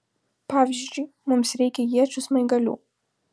pavyzdžiui mums reikia iečių smaigalių